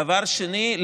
דבר שני,